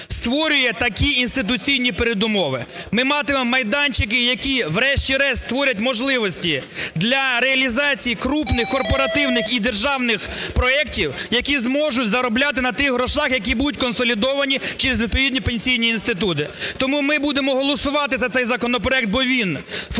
створює такі інституційні передумови. Ми матимемо майданчики, які врешті-решт створять можливості для реалізації крупних корпоративних і державних проектів, які зможуть заробляти на тих грошах, які будуть консолідовані через відповідні пенсійні інститути. Тому ми будемо голосувати за цей законопроект, бо він формує